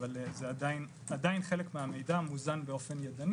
אבל עדיין חלק מהמידע מוזן באופן ידני